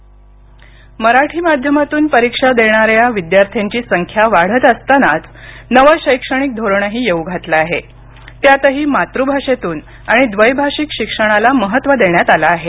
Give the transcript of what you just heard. मातृभाषा शिक्षण मराठी माध्यमातून परीक्षा देणाऱ्या विद्यार्थ्यांची संख्या वाढत असतानाच नवं शैक्षणिक धोरणही येऊ घातलं आहे त्यातही मातृभाषेतून आणि द्वैभाषिक शिक्षणाला महत्त्व देण्यात आलं आहे